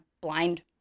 blind